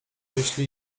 jeśli